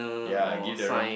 ya give the wrong